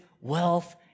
wealth